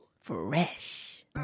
fresh